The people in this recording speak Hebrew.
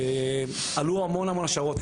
עלו המון המון השערות,